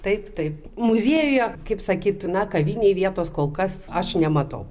taip taip muziejuje kaip sakyt na kavinei vietos kol kas aš nematau